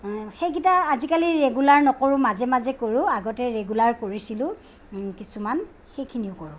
সেইকেইটা আজিকালি ৰেগুলাৰ নকৰোঁ মাজে মাজে কৰোঁ আগতে ৰেগুলাৰ কৰিছিলোঁ কিছুমান সেইখিনিও কৰোঁ